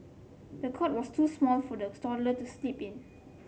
the cot was too small for the toddler to sleep in